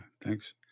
thanks